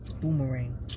Boomerang